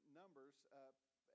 numbers